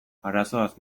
arazoaz